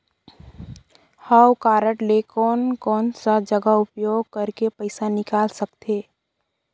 हव कारड ले कोन कोन सा जगह उपयोग करेके पइसा निकाल सकथे?